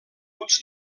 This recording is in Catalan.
uns